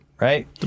right